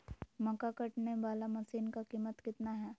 मक्का कटने बाला मसीन का कीमत कितना है?